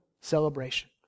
celebration